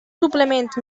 suplement